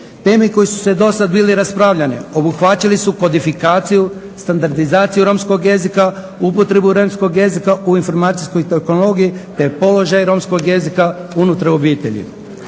Teme koje su dosad bile raspravljane obuhvatile su kodifikaciju, standardizaciju romskog jezika, upotrebu romskog jezika u informatičkoj tehnologiji te položaj romskog jezika unutar obitelji.